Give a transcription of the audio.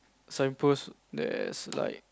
sign post there's like